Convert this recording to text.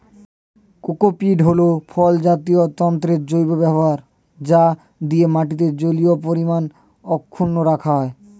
cocopeat হল ফলজাত তন্তুর জৈব ব্যবহার যা দিয়ে মাটির জলীয় পরিমাণ অক্ষুন্ন রাখা যায়